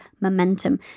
momentum